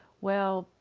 well,